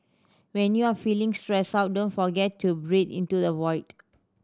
when you are feeling stressed out don't forget to breathe into the void